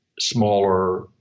smaller